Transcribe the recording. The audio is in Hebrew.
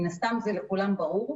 מן הסתם זה לכולם ברור.